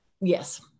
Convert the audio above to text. Yes